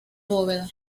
bóveda